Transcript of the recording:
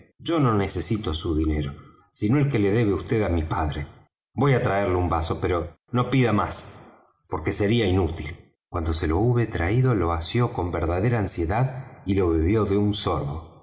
yo no necesito su dinero sino el que le debe vd á mi padre voy á traerle un vaso pero no pida más porque sería inútil cuando se lo hube traído lo asió con verdadera ansiedad y lo bebió de un sorbo